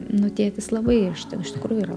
nu tėtis labai iš iš tikrųjų yra